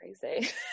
crazy